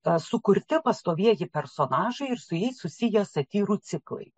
sukurti pastovieji personažai ir su jais susiję satyrų ciklai